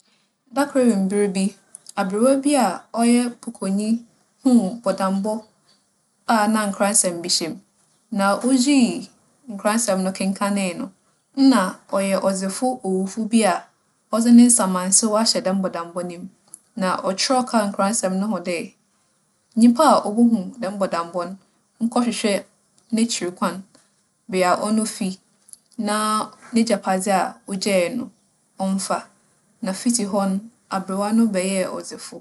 Da kor ewimber bi, aberwa bi a ͻyɛ pokͻnyi hun bͻdambͻ a nna nkransɛm bi hyɛ mu. Na oyii nkransɛm no kenkanee no, nna ͻyɛ ͻdzefo owufo bi a ͻdze ne nsamansew ahyɛ dɛm bͻdambͻ no mu. Na ͻkyerɛɛw kaa nkransɛm no ho dɛ, nyimpa a obohu dɛm bͻdambͻ no nkͻhwehwɛ n'ekyir kwan, bea a ͻno fi na n'egyapadze a ogyaa no, ͻmfa. Na fitsi hͻ no, aberwa no bɛyɛɛ ͻdzefo.